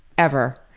ever.